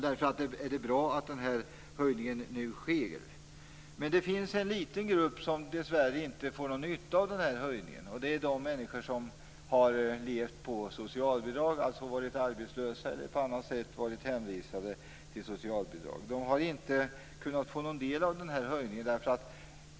Därför är det bra att den här höjningen nu sker. Men det finns en liten grupp som dessvärre inte får någon nytta av höjningen. Det är de människor som har levt på socialbidrag, dvs. varit arbetslösa eller på annat sätt varit hänvisade till socialbidrag. Dessa har inte kunnat få någon del av den här höjningen.